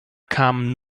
kamen